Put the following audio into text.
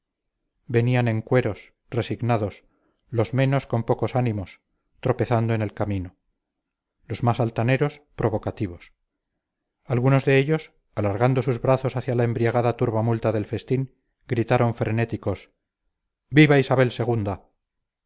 venían en cueros resignados los menos con pocos ánimos tropezando en el camino los más altaneros provocativos algunos de ellos alargando sus brazos hacia la embriagada turbamulta del festín gritaron frenéticos viva isabel